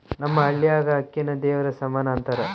ನಮ್ಮ ಹಳ್ಯಾಗ ಅಕ್ಕಿನ ದೇವರ ಸಮಾನ ಅಂತಾರ